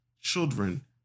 children